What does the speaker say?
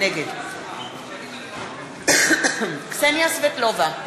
נגד קסניה סבטלובה,